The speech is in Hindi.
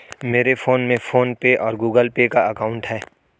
मेरे फोन में फ़ोन पे और गूगल पे का अकाउंट है